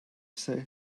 say